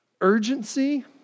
Urgency